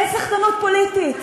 אין סחטנות פוליטית,